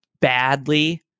badly